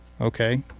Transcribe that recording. okay